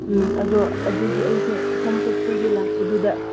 ꯎꯝ ꯑꯗꯣ ꯑꯗꯨꯒꯤ ꯑꯩꯁꯦ ꯁꯝ ꯀꯛꯄꯒꯤ ꯂꯥꯛꯄꯗꯨꯗ